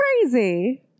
crazy